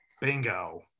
bingo